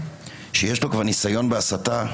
שיש לו כבר ניסיון בהסתה,